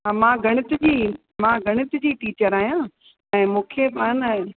हा मां गणित जी मां गणित जी टीचर आहियां ऐं मूंखे बि आहे न